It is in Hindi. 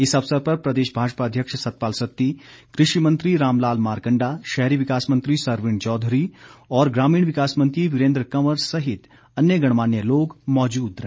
इस अवसर पर प्रदेश भाजपा अध्यक्ष सतपाल सत्ती कृषि मंत्री राम लाल मारकंडा शहरी विकास मंत्री सरवीण चौधरी और ग्रामीण विकास मंत्री वीरेन्द्र कंवर सहित अन्य गणमान्य लोग मौजूद रहे